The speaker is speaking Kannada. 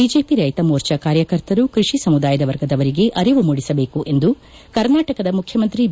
ಬಿಜೆಪಿ ರೈತ ಮೋರ್ಚಾ ಕಾರ್ಯಕರ್ತರು ಕೃಷಿ ಸಮುದಾಯದ ವರ್ಗದವರಿಗೆ ಅರಿವು ಮೂದಿಸಬೇಕು ಎಂದು ಕರ್ನಾಟಕದ ಮುಖ್ಯಮಂತಿ ಬಿ